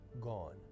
gone